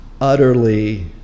utterly